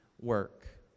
work